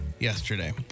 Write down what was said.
Yesterday